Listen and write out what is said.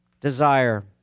desire